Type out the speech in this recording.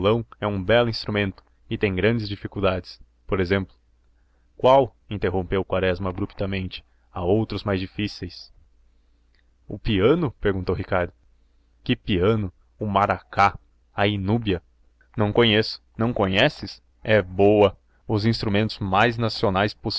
o violão é um belo instrumento e tem grandes dificuldades por exemplo qual interrompeu quaresma abruptamente há outros mais difíceis o piano perguntou ricardo que piano o maracá a inúbia não conheço não conheces é boa os instrumentos mais nacionais